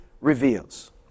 reveals